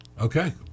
okay